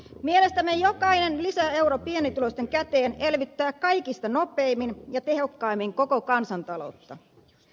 mielestämme jokainen lisäeuro pienituloisten käteen elvyttää kaikista nopeimmin ja tehokkaimmin koko kansantaloutta